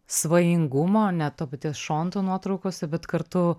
svajingumo net to paties šonto nuotraukose bet kartu